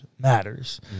matters